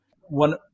one